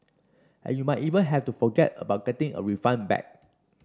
and you might even have to forget about getting a refund back